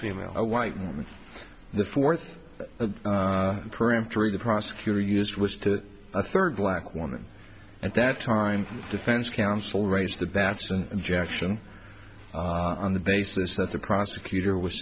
female a white woman the fourth a peremptory the prosecutor used was to a third black woman at that time defense counsel raised the bachelor objection on the basis that the prosecutor was